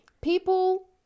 people